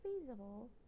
feasible